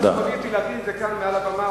חבל שהוא מביא אותי להביא את זה כאן מעל הבמה,